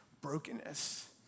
brokenness